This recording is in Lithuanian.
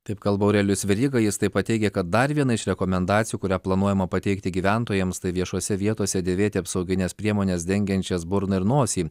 taip kalba aurelijus veryga jis taip pat teigia kad dar viena iš rekomendacijų kurią planuojama pateikti gyventojams tai viešose vietose dėvėti apsaugines priemones dengiančias burną ir nosį